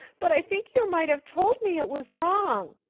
but i think you might have told me it was wrong.